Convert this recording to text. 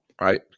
right